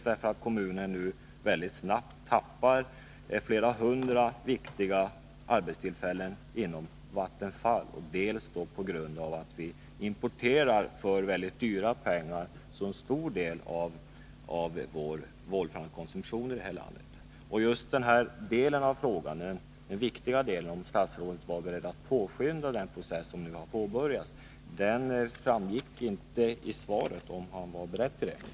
Kommunen tappar nu mycket snabbt flera hundra viktiga arbetstillfällen inom Vattenfall, och dessutom importerar vi för dyra pengar en stor del av vår volframkonsumtion här i landet. Beträffande just denna viktiga del av frågan — om statsrådet var beredd att påskynda den process som nu har påbörjats — framgick det inte av svaret om statsrådet var beredd till detta.